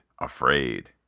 afraid